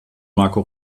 marco